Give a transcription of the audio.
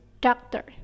doctor